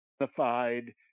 identified